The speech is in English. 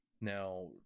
Now